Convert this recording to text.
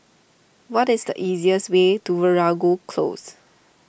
what is the easiest way to Veeragoo Close